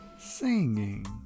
singing